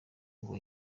ngo